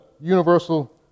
universal